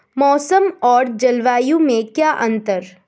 मौसम और जलवायु में क्या अंतर?